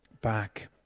back